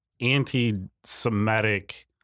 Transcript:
anti-Semitic